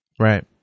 Right